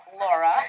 Laura